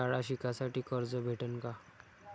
शाळा शिकासाठी कर्ज भेटन का?